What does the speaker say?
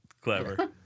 Clever